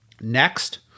Next